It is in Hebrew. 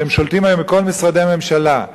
שהם שולטים היום בכל משרדי הממשלה,